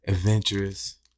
Adventurous